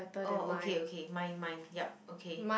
oh okay okay mine mine yup okay